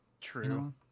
True